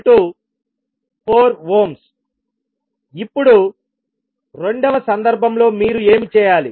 V1I123||64I1 h11V1I14I1I14 ఇప్పుడు రెండవ సందర్భంలో మీరు ఏమి చేయాలి